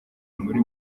muri